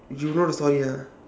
you know the story ah